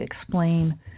explain